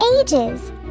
ages